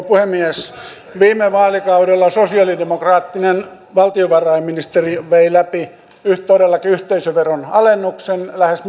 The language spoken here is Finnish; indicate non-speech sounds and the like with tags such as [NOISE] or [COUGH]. [UNINTELLIGIBLE] puhemies viime vaalikaudella sosialidemokraattinen valtiovarainministeri vei todellakin läpi yhteisöveron alennuksen lähes [UNINTELLIGIBLE]